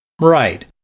Right